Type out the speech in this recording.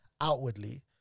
outwardly